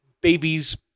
babies